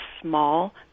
small